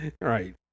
right